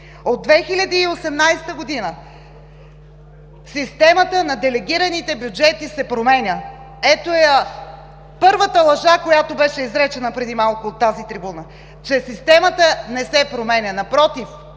От 2018 г. системата на делегираните бюджети се променя! Ето я първата лъжа, която беше изречена преди малко от тази трибуна, че системата не се променя. Напротив,